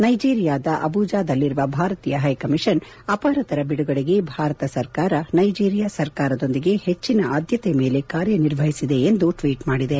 ನೈಜೀರಿಯಾದ ಅಬುಜಾದಲ್ಲಿರುವ ಭಾರತೀಯ high commission ಅಪಹೃತರ ಬಿಡುಗಡೆಗೆ ಭಾರತ ಸರ್ಕಾರ ನೈಜೀರಿಯಾ ಸರ್ಕಾರದೊಂದಿಗೆ ಹೆಚ್ಚಿನ ಆದ್ಯತೆಯ ಮೇಲೆ ಕಾರ್ಯನಿರ್ವಹಿಸಿದೆ ಎಂದು ಟ್ವೀಟ್ ಮಾಡಿದೆ